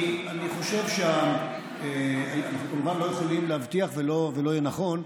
אני חושב שאנחנו כמובן לא יכולים להבטיח ולא יהיה נכון,